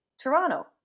Toronto